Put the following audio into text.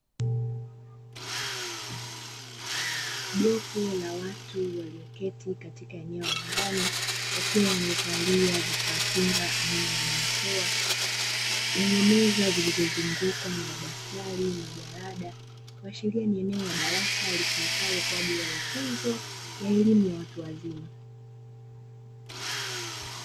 Jopo la watu walioketi katika eneo la ndani wakiwa wamevalia vifaa kinga aina ya barakoa lenye meza zilizozungukwa na madaftari, majalada kuashiria ni eneo la darasa linalotumika kwa ajili ya mafunzo ya elimu ya watu wazima.